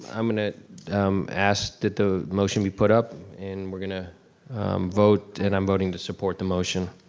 i'm gonna ask that the motion be put up and we're gonna vote and i'm voting to support the motion.